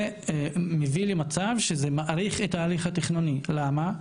זה מביא למצב שזה מאריך את התהליך התכנוני, למה?